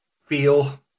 feel